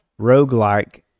roguelike